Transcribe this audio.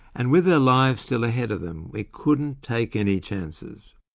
and with their lives still ahead of them, we couldn't take any chances.